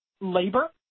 labor